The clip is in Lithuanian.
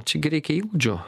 čia gi reikia įgūdžių